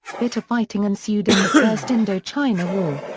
bitter fighting ensued in the first indochina war.